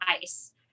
ice